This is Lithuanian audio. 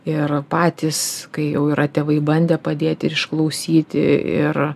ir patys kai jau yra tėvai bandę padėti ir išklausyti ir